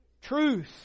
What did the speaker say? Truth